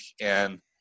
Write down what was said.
and-